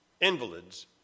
invalids